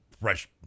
fresh